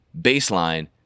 baseline